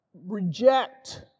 reject